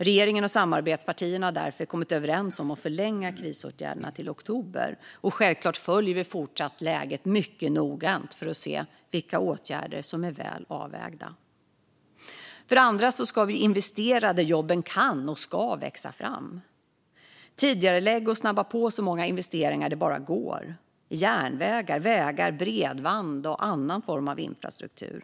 Regeringen och samarbetspartierna har därför kommit överens om att förlänga krisåtgärderna till oktober. Och självklart fortsätter vi att följa läget mycket noggrant för att se vilka åtgärder som är väl avvägda. Det andra är att vi ska investera där jobben kan och ska växa fram. Vi ska tidigarelägga och snabba på så många investeringar det bara går - i järnvägar, vägar, bredband och annan form av infrastruktur.